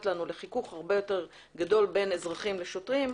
לנו לחיכוך הרבה יותר גדול בין אזרחים לשוטרים,